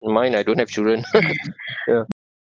oh mine I don't have children ya